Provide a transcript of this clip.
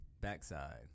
backside